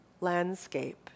landscape